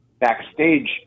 backstage